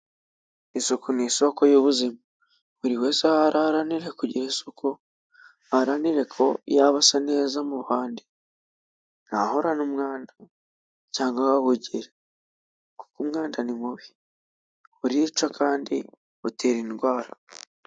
Isuku ni isoko y'ubuzima. Buri wese aho ari aharanira kugira isuku ahararanire ko yaba asa neza mu abandi, ntahorane umwanda ,cyangwa ngo awugire, kuko umwanda ni mubi. Urica kandi butera indwara.